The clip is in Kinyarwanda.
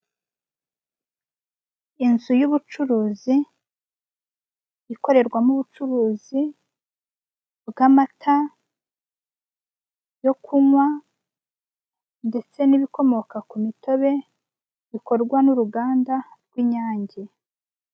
Inzu y'ubucuruzi ikorerwamo ubucuruzi bw'amata yo kunkwa ndetse nibikomoka kumitobe bikorwa nuruganda rw'inyange.